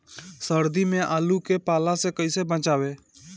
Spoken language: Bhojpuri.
सर्दी में आलू के पाला से कैसे बचावें?